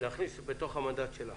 להכניס בתוך המנדט שלה